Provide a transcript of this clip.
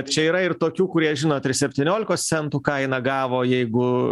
čia yra ir tokių kurie žinot ir septyniolikos centų kainą gavo jeigu